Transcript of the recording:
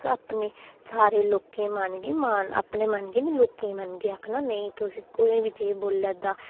अपनी सारें लोकें गी अपने मन गी निं लोकें ई मन आखना नेईं तुस कोई बी चीज़ बोला दा